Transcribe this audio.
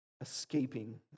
escaping